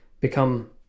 become